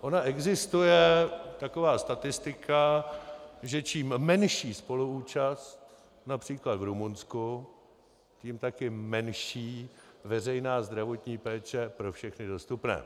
Ona existuje taková statistika, že čím menší spoluúčast, například v Rumunsku, tím také menší veřejná zdravotní péče pro všechny dostupné.